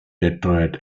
detroit